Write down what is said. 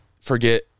forget